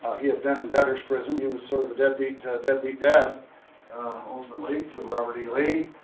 he had been in debtors prison he was sort of a deadbeat, a deadbeat dad ultimately to robert e. lee.